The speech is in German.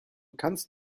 kannst